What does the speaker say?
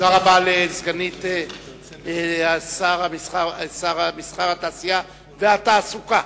תודה רבה לסגנית שר התעשייה, המסחר והתעסוקה.